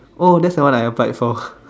oh that's the one I applied for